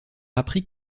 apprit